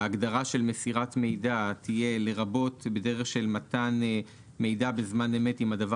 ההגדרה של מסירת מידע תהיה: "לרבות בדרך של מתן מידע בזמן אמת אם הדבר